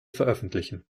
veröffentlichen